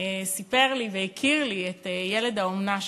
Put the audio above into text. סיפר לי והכיר לי את ילד האומנה שלו.